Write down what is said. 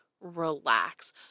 relax